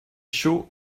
chaud